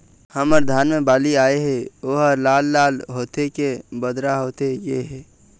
हमर धान मे बाली आए हे ओहर लाल लाल होथे के बदरा होथे गे हे?